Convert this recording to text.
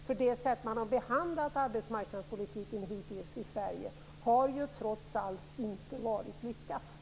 Det sätt varpå man hittills behandlat arbetsmarknadspolitiken i Sverige har trots allt inte varit lyckat.